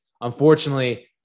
unfortunately